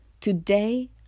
Today